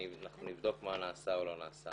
אנחנו נבדוק מה נעשה או לא נעשה.